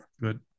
Good